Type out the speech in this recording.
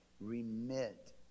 remit